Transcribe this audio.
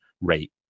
rate